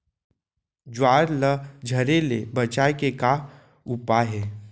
ज्वार ला झरे ले बचाए के का उपाय हे?